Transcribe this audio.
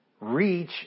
reach